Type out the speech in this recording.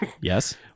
yes